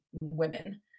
women